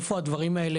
איפה הדברים האלה,